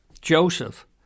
Joseph